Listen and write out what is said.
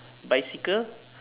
bicycle